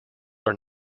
are